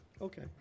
Okay